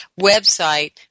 website